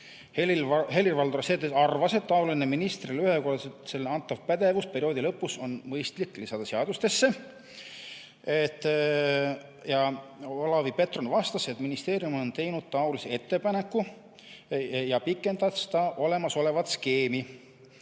Helir-Valdor Seeder arvas, et taoline ministrile ühepoolselt antav pädevus perioodi lõpus on mõistlik lisada seadusesse. Olavi Petron vastas, et ministeerium on teinud selle ettepaneku ja pikendanud seda olemasolevat skeemi.